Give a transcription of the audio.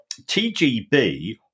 TGB